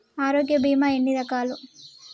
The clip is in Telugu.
ఆరోగ్య బీమా ఎన్ని రకాలు?